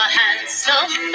handsome